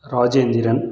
Rajendran